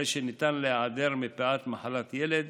הרי שניתן להיעדר מפאת מחלת ילד,